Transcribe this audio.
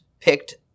picked